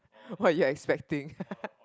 what you expecting